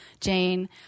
Jane